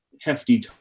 hefty